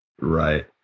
Right